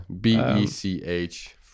B-E-C-H